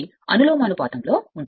అనులోమానుపాతంలో ఉంటుంది